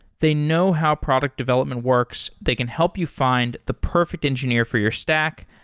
they know how product development works. they can help you find the perfect engineer for your stack,